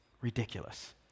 Ridiculous